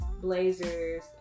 blazers